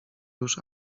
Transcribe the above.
już